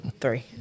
three